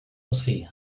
wrthi